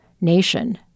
nation